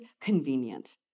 convenient